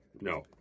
No